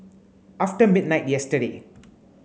after midnight yesterday